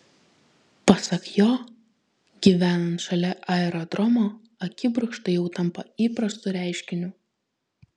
pasak jo gyvenant šalia aerodromo akibrokštai jau tampa įprastu reiškiniu